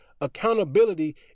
accountability